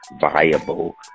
viable